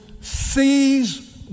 sees